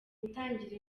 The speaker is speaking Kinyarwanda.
gutangira